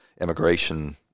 immigration